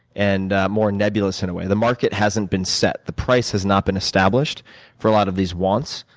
and more nebulous, in a way. the market hasn't been set. the price has not been established for a lot of these wants,